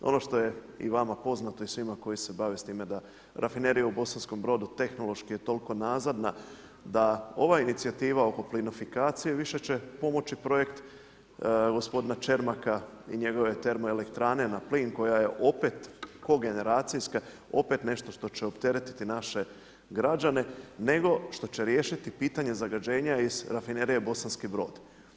Ono što je i vama poznato i svima koji se bave s time da Rafinerija u Bosankom Brodu tehnološki je toliko nazadna da ova inicijativa oko plinofikacije više će pomoć projekt gospodina Čermaka i njegove termoelektrane na plin koja je opet kogeneracijska, opet nešto što će opteretiti naše građane nego što će riješiti pitanje zagađenja iz Rafinerije Bosanski Brod.